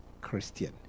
Christian